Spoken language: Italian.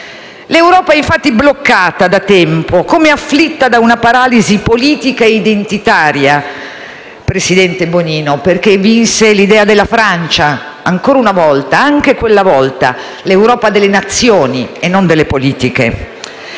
L'Europa è, infatti, bloccata da tempo, come afflitta da una paralisi politica identitaria, presidente Bonino, perché vinse l'idea della Francia, ancora una volta, anche quella volta: l'Europa delle Nazioni e non delle politiche.